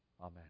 Amen